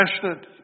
passionate